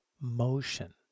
motion